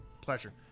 pleasure